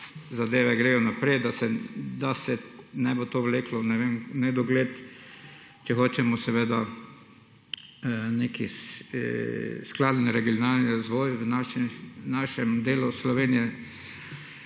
zadeve grejo naprej, da se ne bo to vleklo v nedogled, če hočemo seveda neki skladen regionalni razvoj v našem delu Slovenije,